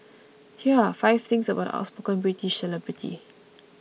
here are five things about the outspoken British celebrity